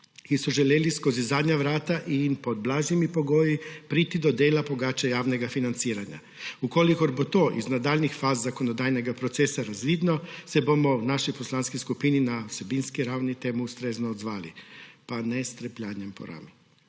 ki so želeli skozi zadnja vrata in pod blažjimi pogoji priti do dela pogače javnega financiranja. V kolikor bo to iz nadaljnjih faz zakonodajnega procesa razvidno, se bomo v naši poslanski skupini na vsebinski ravni temu ustrezno odzvali, pa ne s trepljanjem po rami.